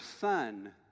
son